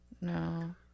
No